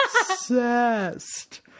obsessed